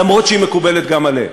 למרות שהיא מקובלת גם עליהם.